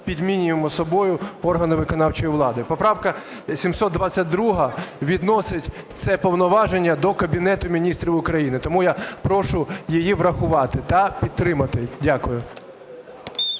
підмінюємо собою органи виконавчої влади. Поправка 722 відносить це повноваження до Кабінету Міністрів України. Тому я прошу її врахувати та підтримати. Дякую.